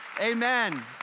Amen